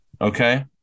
Okay